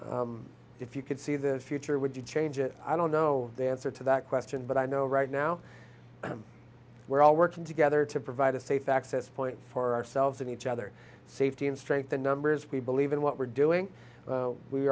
say if you could see the future would you change it i don't know the answer to that question but i know right now we're all working together to provide a safe access point for ourselves and each other safety and strength in numbers we believe in what we're doing